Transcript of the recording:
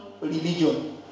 religion